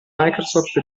microsoft